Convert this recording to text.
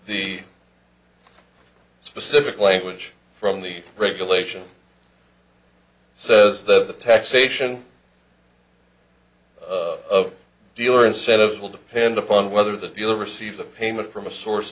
the specific language from the regulation says the taxation of dealer incentives will depend upon whether the viewer receives a payment from a source